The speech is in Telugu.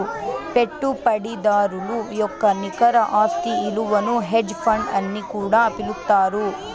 పెట్టుబడిదారుల యొక్క నికర ఆస్తి ఇలువను హెడ్జ్ ఫండ్ అని కూడా పిలుత్తారు